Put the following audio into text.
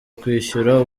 kwishyura